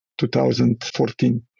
2014